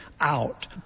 out